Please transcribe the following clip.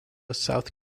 south